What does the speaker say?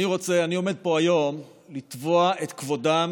אני עומד פה היום לתבוע את כבודם